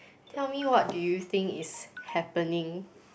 tell me what do you think is happening